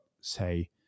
say